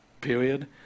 period